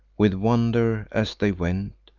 with wonder, as they went,